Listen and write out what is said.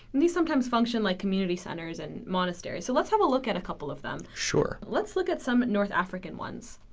and these sometimes function like community centers and monasteries. so let's have a look at a couple of them. sure. let's look at some north african ones.